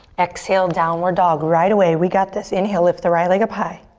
exhale, downward dog, right away. we got this, inhale, lift the right leg up high.